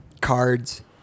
cards